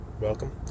Welcome